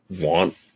want